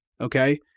okay